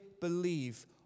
believe